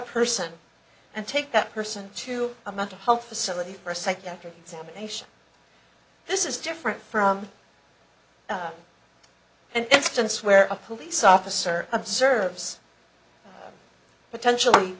person and take that person to a mental health facility for a psychiatric examination this is different from and since where a police officer observes potentially